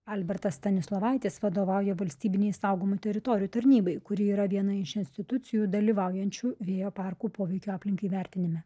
albertas stanislovaitis vadovauja valstybinei saugomų teritorijų tarnybai kuri yra viena iš institucijų dalyvaujančių vėjo parkų poveikio aplinkai vertinime